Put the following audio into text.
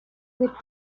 with